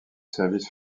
service